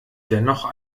dennoch